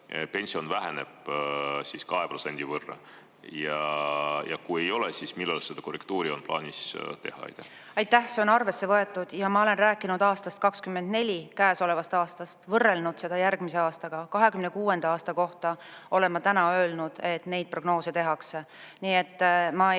pension väheneb 2% võrra? Ja kui ei ole, siis millal seda korrektuuri on plaanis teha? Aitäh! See on arvesse võetud. Ja ma olen rääkinud aastast 2024, käesolevast aastast, ja võrrelnud seda järgmise aastaga. 2026. aasta kohta olen ma täna öelnud, et neid prognoose tehakse. Nii et ma ei